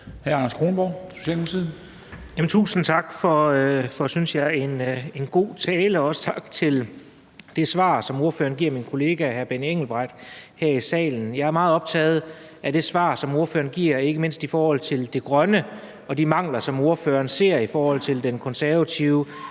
Tusind tak for, synes jeg, en god tale, og også tak for det svar, som ordføreren giver min kollega hr. Benny Engelbrecht her i salen. Jeg er meget optaget af det svar, som ordføreren giver, ikke mindst i forhold til det grønne og de mangler, som ordføreren ser i den konservative